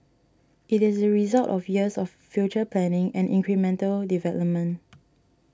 it is the result of years of future planning and incremental development